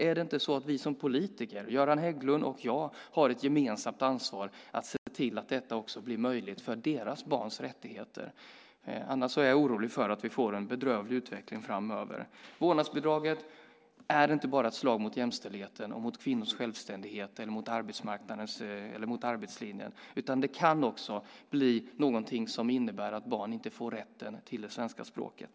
Är det inte så att vi som politiker, Göran Hägglund och jag, har ett gemensamt ansvar att se till att det blir möjligt för dessa barn? Annars är jag orolig för att vi får en bedrövlig utveckling framöver. Vårdnadsbidraget är inte bara ett slag mot jämställdheten och kvinnors självständighet och mot arbetslinjen utan kan också bli någonting som innebär att barn inte får rätten till det svenska språket.